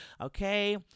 Okay